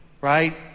right